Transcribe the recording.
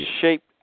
shape